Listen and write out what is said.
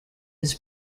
was